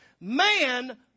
man